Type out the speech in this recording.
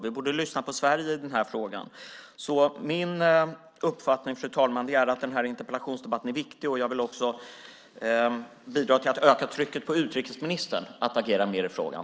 Vi borde lyssna på Sverige i den här frågan. Fru talman! Min uppfattning är att den här interpellationsdebatten är viktig, och jag vill också bidra till att öka trycket på utrikesministern att agera mer i frågan.